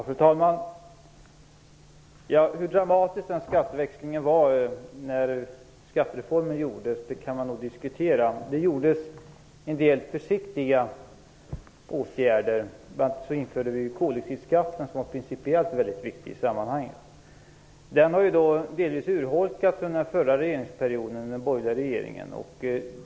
Fru talman! Hur dramatisk skatteväxlingen var när skattereformen gjordes kan man diskutera. Det gjordes en del försiktiga åtgärder. Bl.a. infördes en principiellt mycket viktig koldioxidskatt. Den har delvis urholkats under den förra regeringsperioden, med den borgerliga regeringen.